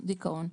דיכאון,